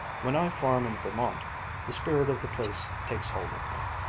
when i farm in vermont the spirit of the place takes hold of me.